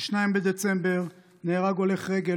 ב-2 בדצמבר נהרג הולך רגל,